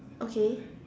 okay